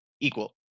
equal